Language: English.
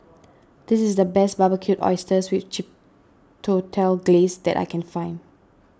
this is the best Barbecued Oysters with Chipotle Glaze that I can find